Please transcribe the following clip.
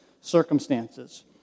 circumstances